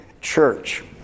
church